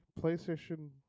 PlayStation